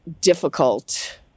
difficult